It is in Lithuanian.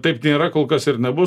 taip nėra kol kas ir nebus